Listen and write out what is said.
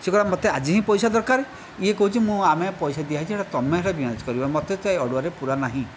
ସେ କହିଲା ମୋତେ ଆଜି ହିଁ ପଇସା ଦରକାର ଏ କହୁଛି ମୁଁ ଆମେ ପଇସା ଦିଆହୋଇଛି ସେଇଟା ତୁମେ ସେଇଟା ମ୍ୟାନେଜ କରିବ ମୋତେ ସେ ଅଡ଼ୁଆରେ ପୂରାନାହିଁ